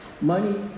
money